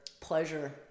pleasure